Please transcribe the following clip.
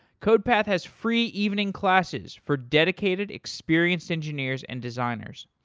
codepath has free evening classes for dedicated experienced engineers and designers.